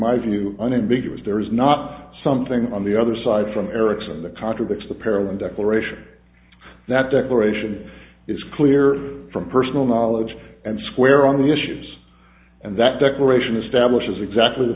my view unambiguous there is not something on the other side from ericsson the contradicts the perelman declaration that declaration is clear from personal knowledge and square on the issues and that declaration establishes exactly the